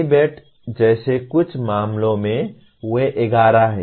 ABET जैसे कुछ मामलों में वे 11 हैं